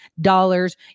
dollars